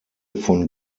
von